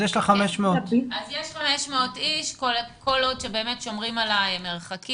אז יש לך 500. אז יש 500 איש כל עוד שבאמת שומרים על המרחקים,